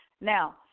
Now